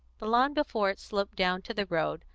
the lawn before it sloped down to the road,